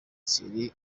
thierry